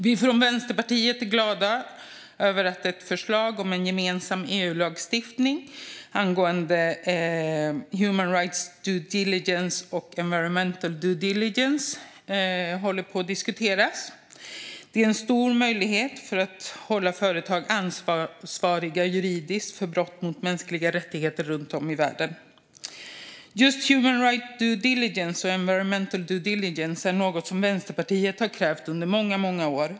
Vi från Vänsterpartiet är glada över att ett förslag om en gemensam EU-lagstiftning angående human rights due diligence och environmental due diligence håller på att diskuteras. Detta ger en stor möjlighet att hålla företag ansvariga juridiskt för brott mot mänskliga rättigheter runt om i världen. Just human rights due diligence och environmental due diligence är något som Vänsterpartiet har krävt under många år.